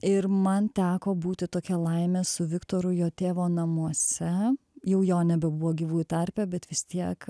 ir man teko būti tokia laime su viktoru jo tėvo namuose jau jo nebebuvo gyvųjų tarpe bet vis tiek